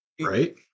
Right